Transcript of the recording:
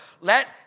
Let